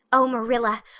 oh, marilla,